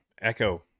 echo